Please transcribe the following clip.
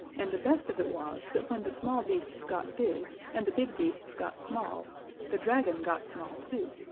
and the best of it was that when the small beasts got big and the big beasts got small the dragon got small too,